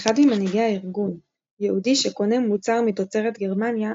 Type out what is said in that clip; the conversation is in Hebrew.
אחד ממנהיגי הארגון "יהודי שקונה מוצר מתוצרת גרמניה,